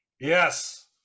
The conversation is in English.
Yes